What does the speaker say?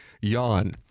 yawn